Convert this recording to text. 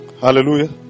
hallelujah